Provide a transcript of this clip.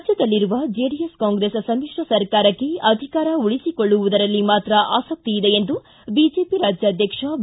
ರಾಜ್ಕದಲ್ಲಿರುವ JDS Congress ಸಮ್ಮಿಶ್ರ ಸರ್ಕಾರಕ್ಕೆ ಅಧಿಕಾರ ಉಳಿಸಿಕೊಳ್ಳುವುದರಲ್ಲಿ ಮಾತ್ರ ಆಸಕ್ತಿಯಿದೆ ಎಂದು ಬಿಜೆಪಿ ರಾಜ್ಯಾಧ್ಯಕ್ಷ ಬಿ